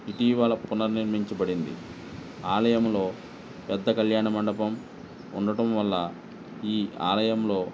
ఇటీవల పునర్నిర్మించబడింది ఆలయంలో పెద్ద కళ్యాణ మండపం ఉండటం వల్ల ఈ ఆలయంలో